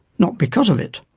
not because of it.